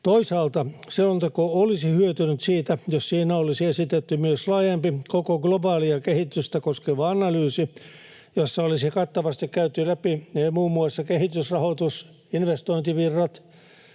Toisaalta selonteko olisi hyötynyt siitä, jos siinä olisi esitetty myös laajempi, koko globaalia kehitystä koskeva analyysi, jossa olisi kattavasti käyty läpi muun muassa kehitysrahoitus, investointivirrat,